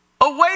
Away